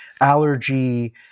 allergy